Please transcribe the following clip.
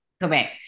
Correct